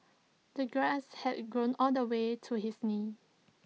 the grass had grown all the way to his knees